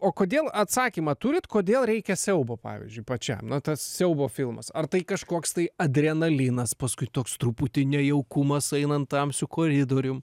o kodėl atsakymą turit kodėl reikia siaubo pavyzdžiui pačiam na tas siaubo filmas ar tai kažkoks tai adrenalinas paskui toks truputį nejaukumas einant tamsiu koridorium